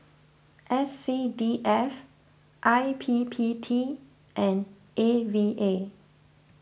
S C D F I P P T and A V A